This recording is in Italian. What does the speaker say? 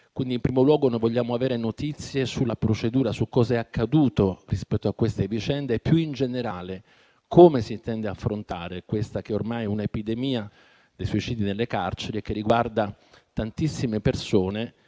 Quindi, in primo luogo vogliamo avere notizie sulla procedura, su cosa è accaduto in merito a queste vicende e, più in generale, come si intende affrontare quella che ormai è un'epidemia dei suicidi nelle carceri, che riguarda tantissime persone